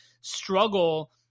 struggle